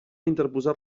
interposar